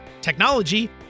technology